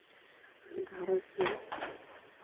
ᱜᱷᱟᱨᱚᱸᱡᱽ ᱫᱚ